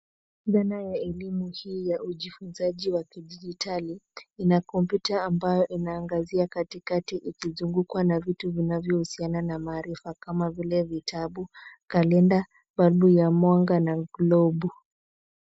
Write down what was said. Dhana ya elimu hii ya ujifunzaji wa kidijitali ina kompyuta ambayo inaangazia katikati ikizungukwa na vitu vinavyohusiana na maarifa kama vile vitabu, kalenda, balbu ya mwanga na globu.